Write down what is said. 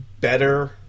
better